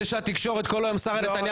זה שהתקשורת כל היום מדברת על שרה נתניהו,